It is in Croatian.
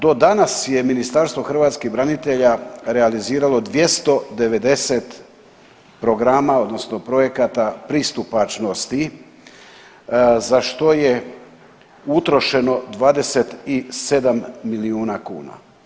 Do danas je Ministarstvo hrvatskih branitelja realiziralo 290 programa odnosno projekata pristupačnosti za što je utrošeno 27 milijuna kuna.